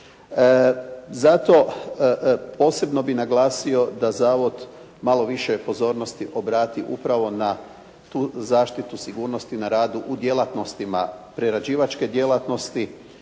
Zato, posebno bih naglasio da zavod malo više pozornosti obrati upravo na tu zaštitu sigurnosti na radu u djelatnostima prerađivačke djelatnosti,